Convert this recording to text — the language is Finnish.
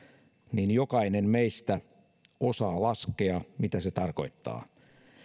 niin jokainen meistä osaa laskea mitä se tarkoittaa